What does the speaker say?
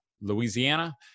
Louisiana